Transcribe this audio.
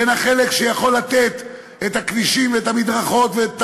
בין החלק שיכול לתת את הכבישים ואת המדרכות ואת